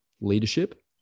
leadership